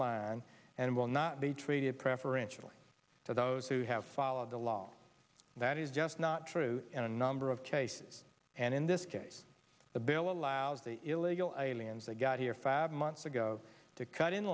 line and will not be treated preferentially to those who have followed the law that is just not true in a number of cases and in this case the bill allows the illegal aliens that got here fab months ago to cut in